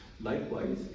Likewise